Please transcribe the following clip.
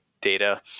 data